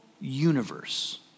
universe